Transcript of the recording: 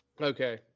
okay